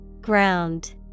Ground